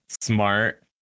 smart